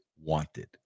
wanted